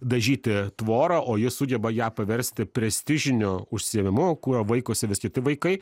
dažyti tvorą o jis sugeba ją paversti prestižiniu užsiėmimu kuo vaikosi vis kiti vaikai